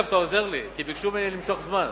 דרך אגב, אתה עוזר לי, כי ביקשו ממני למשוך זמן.